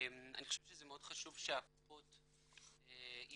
אני חושב שזה מאוד חשוב שהקופות יהיו